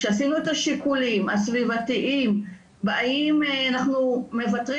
כשעשינו את השיקולים הסביבתיים האם אנחנו מוותרים